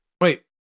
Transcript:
Wait